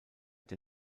der